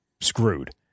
screwed